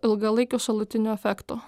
ilgalaikių šalutinių efektų